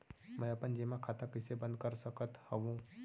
मै अपन जेमा खाता कइसे बन्द कर सकत हओं?